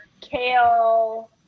kale